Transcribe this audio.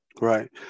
Right